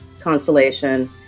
constellation